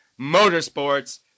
motorsports